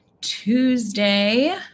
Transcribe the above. Tuesday